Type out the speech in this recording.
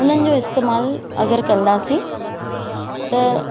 उन्हनि जो इस्तेमालु अगरि कंदासीं त